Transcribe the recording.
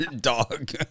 dog